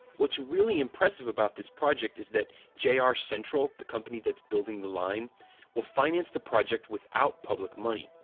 what's really impressive about this project is that jr ah jr central the company that's building the line will finance the project without public money,